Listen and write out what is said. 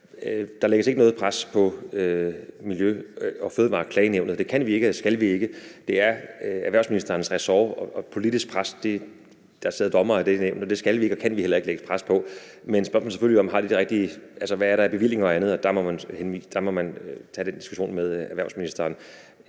Der lægges ikke noget pres på Miljø- og Fødevareklagenævnet. Det kan vi ikke og skal vi ikke. Det er erhvervsministerens ressort, og der sidder dommere i det nævn, og det skal vi ikke og kan vi heller ikke lægge pres på. Men spørgsmålet er selvfølgelig, om de har det rigtige, altså hvad der er af bevillinger og andet, og der må man tage den diskussion med erhvervsministeren.